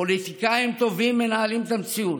פוליטיקאים טובים מנהלים את המציאות,